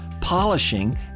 polishing